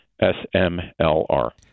S-M-L-R